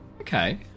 Okay